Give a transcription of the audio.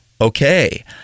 okay